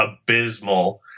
abysmal